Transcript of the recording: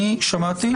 שמעתי והבנתי.